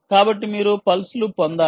కాబట్టి మీరు పల్స్ లు పొందాలి